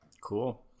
cool